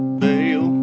bail